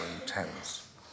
intense